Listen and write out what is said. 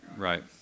Right